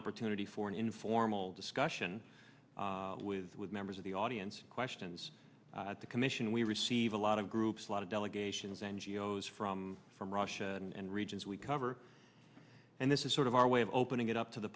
opportunity for an informal discussion with members of the audience questions at the commission we receive a lot of groups lot of delegations n g o s from from russia and regions we cover and this is sort of our way of opening it up to the